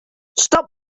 stop